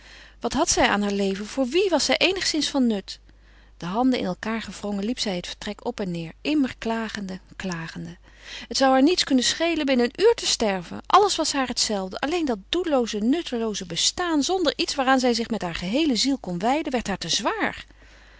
wat had zij aan haar leven voor wie was zij eenigszins van nut de handen in elkaâr gewrongen liep zij het vertrek op en neêr immer klagende klagende het zou haar niets kunnen schelen binnen een uur te sterven alles was haar het zelfde alleen dat doellooze nuttelooze bestaan zonder iets waaraan zij zich met hare geheele ziel kon wijden werd haar te zwaar